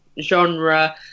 genre